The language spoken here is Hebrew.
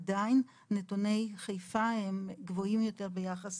עדיין נתוני חיפה גבוהים יותר ביחס